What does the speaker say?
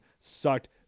sucked